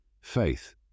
Faith